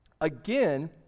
Again